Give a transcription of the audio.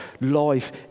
life